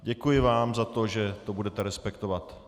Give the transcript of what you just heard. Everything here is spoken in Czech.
Děkuji vám za to, že to budete respektovat.